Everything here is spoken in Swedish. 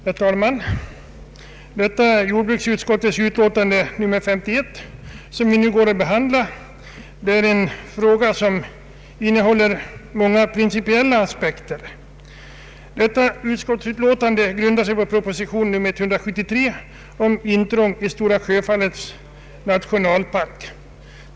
Herr talman! Detta jordbruksutskottets utlåtande nr 51 som vi nu går att behandla rör en fråga som innehåller många principiella aspekter. Utlåtandet grundar sig på proposition nr 173 om intrång i Stora Sjöfallets nationalpark.